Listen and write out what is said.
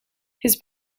his